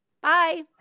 Bye